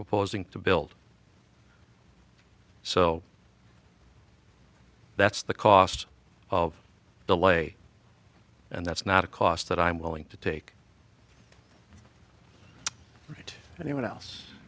proposing to build so that's the cost of the lay and that's not a cost that i'm willing to take to anyone else